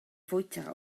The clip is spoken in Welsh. fwyta